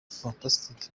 fantastic